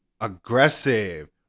aggressive